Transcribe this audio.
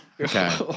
Okay